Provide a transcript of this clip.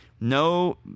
no